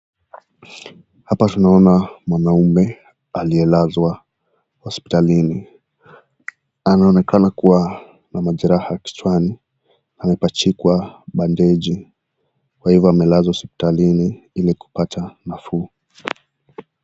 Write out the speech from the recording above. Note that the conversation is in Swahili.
Hapa tunaona mwanaume aliyelazwa hospitalini anaonekana kuwa na majeraha kichwani amepachikwa bandeji kwa hivyo amelazwa hospitalini ili kupata nafuu.